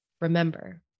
remember